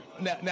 now